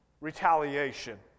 retaliation